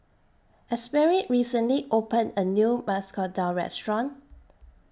Asberry recently opened A New Masoor Dal Restaurant